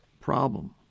problem